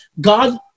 God